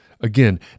Again